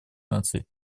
наций